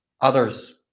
others